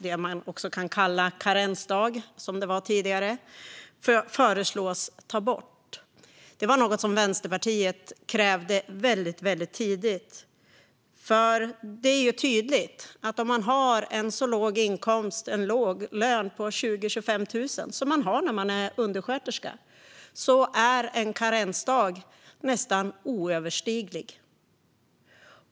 Det man också kan kalla karensdag, som det var tidigare, föreslås tas bort. Det var något som Vänsterpartiet krävde väldigt tidigt. Det är tydligt att om man har en låg lön på 20 000-25 000 kronor, som man har när man är undersköterska, är en karensdag nästan oöverstiglig.